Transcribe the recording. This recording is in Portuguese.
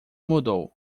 mudou